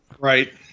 Right